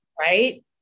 right